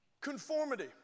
Conformity